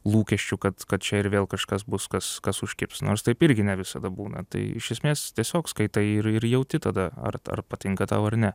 lūkesčiu kad kad čia ir vėl kažkas bus kas kas užkibs nors taip irgi ne visada būna tai iš esmės tiesiog skaitai ir ir jauti tada ar ar tau patinka tau ar ne